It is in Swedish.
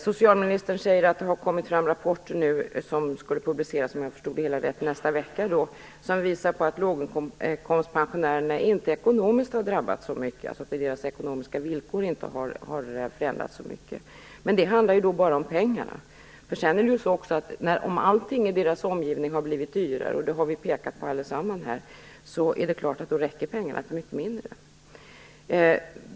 Socialministern säger att det har kommit fram rapporter som skall publiceras nästa vecka som visar att låginkomstpensionärerna inte har drabbats så mycket ekonomiskt, alltså att deras ekonomiska villkor inte har förändrats så mycket. Men det handlar bara om pengarna. Det är också så att om allting i deras omgivning har blivit dyrare, och det har vi pekat på allesammans här, är det klart att pengarna räcker till mycket mindre.